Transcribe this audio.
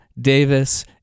Davis